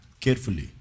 carefully